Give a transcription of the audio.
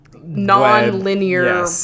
non-linear